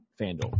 FanDuel